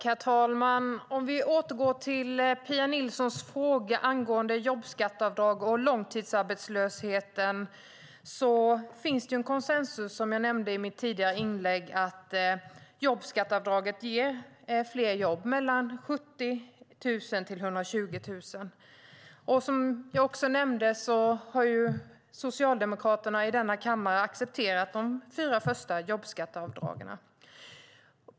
Herr talman! Om vi återgår till Pia Nilssons fråga om jobbskatteavdrag och långtidsarbetslösheten finns det, som jag nämnde, en konsensus om att jobbskatteavdraget ger fler jobb, mellan 70 00 och 120 000. Som jag också nämnde har Socialdemokraterna i denna kammare accepterat de fyra första jobbskatteavdragen.